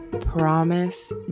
promise